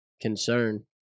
concern